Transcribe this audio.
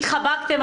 התחבקתם,